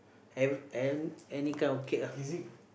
every an~ any kind of cake ah